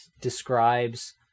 describes